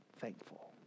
thankful